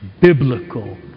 Biblical